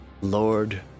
Lord